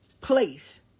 place